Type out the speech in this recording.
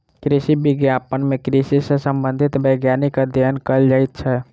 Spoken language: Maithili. कृषि विज्ञान मे कृषि सॅ संबंधित वैज्ञानिक अध्ययन कयल जाइत छै